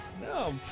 No